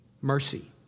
mercy